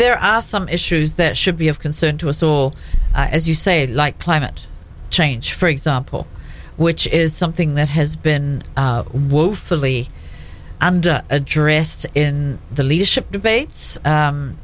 there are some issues that should be of concern to us all as you say like climate change for example which is something that has been woefully and addressed in the leadership debates